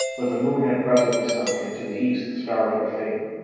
but the moon had presently sunk, and to the east the stars were fading.